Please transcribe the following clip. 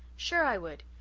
sure i would.